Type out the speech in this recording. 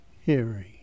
hearing